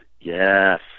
Yes